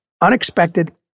unexpected